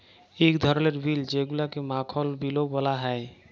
ইক ধরলের বিল যেগুলাকে মাখল বিলও ব্যলা হ্যয়